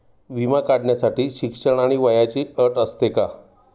विमा काढण्यासाठी शिक्षण आणि वयाची अट असते का?